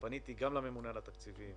פניתי גם לממונה על התקציבים,